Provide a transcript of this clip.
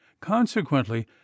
consequently